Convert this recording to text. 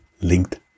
linked